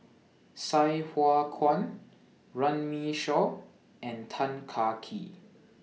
Sai Hua Kuan Runme Shaw and Tan Kah Kee